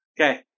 Okay